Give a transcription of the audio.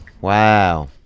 Wow